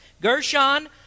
Gershon